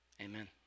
amen